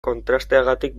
kontrasteagatik